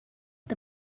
the